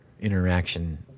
interaction